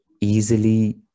easily